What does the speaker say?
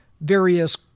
various